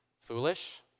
foolish